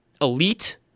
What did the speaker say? elite